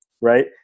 right